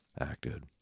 Acted